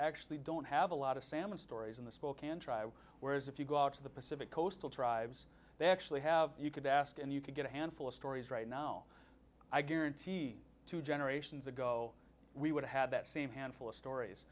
actually don't have a lot of salmon stories in the spokane drive whereas if you go to the pacific coastal tribes they actually have you could ask and you could get a handful of stories right now i guarantee two generations ago we would have had that same handful of stories